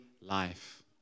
life